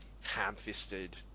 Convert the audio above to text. ham-fisted